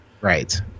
Right